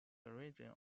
origin